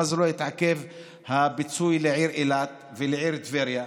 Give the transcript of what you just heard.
לא התעכב הפיצוי לעיר אילת ולעיר טבריה?